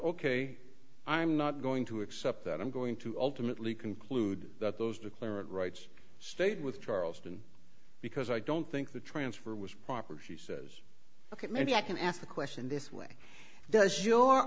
ok i'm not going to accept that i'm going to ultimately conclude that those declared rights stayed with charleston because i don't think the transfer was proper she says look at me i can ask the question this way does your